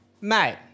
mate